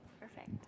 Perfect